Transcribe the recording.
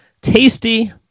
tasty